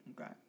Okay